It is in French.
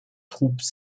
troupes